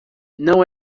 não